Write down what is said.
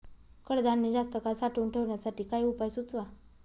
कडधान्य जास्त काळ साठवून ठेवण्यासाठी काही उपाय सुचवा?